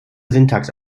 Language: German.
syntax